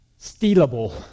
stealable